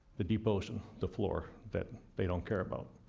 the deep ocean, the floor that they don't care about.